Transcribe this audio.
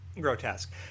Grotesque